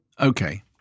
Okay